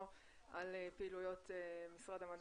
על פעילויות משרד המדע והטכנולוגיה.